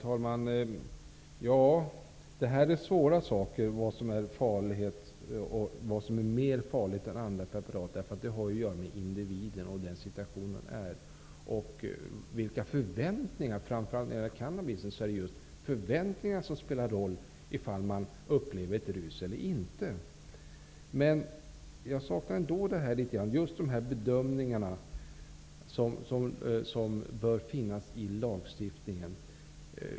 Herr talman! Det är svårt att bedöma vilka preparat som är mer farliga än andra därför att det har att göra med individen och den situation man befinner sig i. Framför allt när det gäller cannabis spelar det roll vilka förväntningar man har för ifall man upplever ett rus eller inte. Jag saknar sådana bedömningar i lagstiftningen.